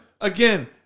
again